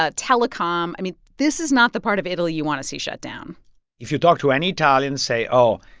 ah telecom. i mean, this is not the part of italy you want to see shut down if you talk to any italians, say, oh,